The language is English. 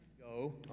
Go